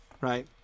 right